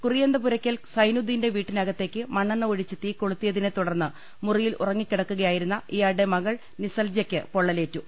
കുറിയന്തപുരക്കൽ സൈനുദ്ദീന്റെ വീട്ടിനകത്തേക്ക് മണ്ണെണ്ണ ഒഴിച്ച് തീ കൊളുത്തിയതിനെതുടർന്ന് മുറിയിൽ ഉറങ്ങിക്കിടക്കുകയായിരുന്ന ഇയാ ളുടെ മകൾ നിസൽജയ്ക്ക് പൊള്ളലേറ്റു